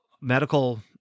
medical